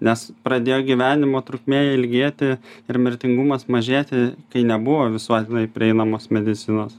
nes pradėjo gyvenimo trukmė ilgėti ir mirtingumas mažėti kai nebuvo visuotinai prieinamos medicinos